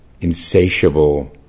insatiable